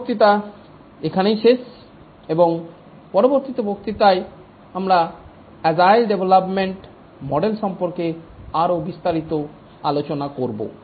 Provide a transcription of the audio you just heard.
এই বক্তৃতা এখানেই শেষ এবং পরবর্তী বক্তৃতায় আমরা আজেইল ডেভলপমেন্ট মডেল সম্পর্কে আরও বিস্তারিত আলোচনা করব